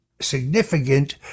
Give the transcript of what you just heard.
significant